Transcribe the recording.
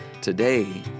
Today